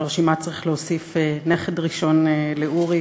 ולרשימה צריך להוסיף נכד ראשון לאורי